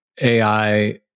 AI